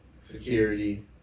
security